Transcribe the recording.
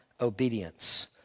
obedience